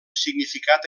significat